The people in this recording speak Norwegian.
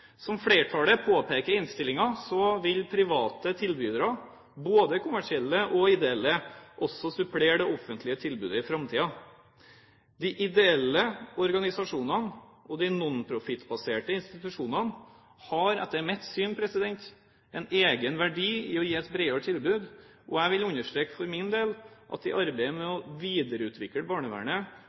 Som flertallet påpeker i innstillingen, vil private tilbydere, både kommersielle og ideelle, også supplere det offentlige tilbudet i framtiden. De ideelle organisasjonene og de nonprofitbaserte institusjonene har etter mitt syn en egen verdi når det gjelder å gi et bredere tilbud, og jeg vil understreke for min del at i arbeidet med å videreutvikle barnevernet